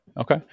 Okay